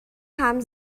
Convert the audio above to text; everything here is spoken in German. haben